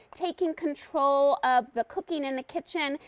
taking control of the cooking in the kitchen.